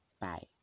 Bye